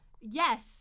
Yes